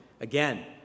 again